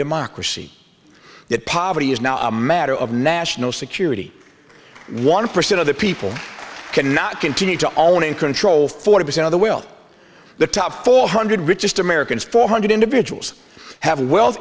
democracy that poverty is now a matter of national security one percent of the people cannot continue to own and control forty percent of the will the top four hundred richest americans four hundred individuals have wealth